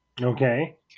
Okay